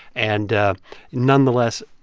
and nonetheless,